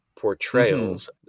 portrayals